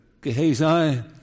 Gehazi